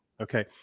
okay